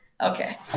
Okay